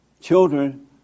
children